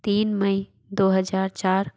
तीन मई दो हजार चार